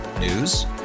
News